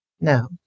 no